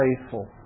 faithful